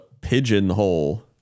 pigeonhole